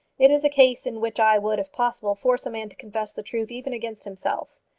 it is a case in which i would, if possible, force a man to confess the truth even against himself.